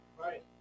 Right